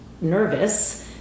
nervous